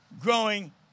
growing